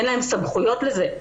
אין להם סמכויות לזה.